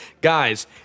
guys